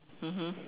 mmhmm